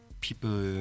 people